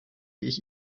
ich